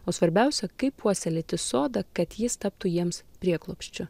o svarbiausia kaip puoselėti sodą kad jis taptų jiems prieglobsčiu